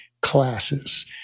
classes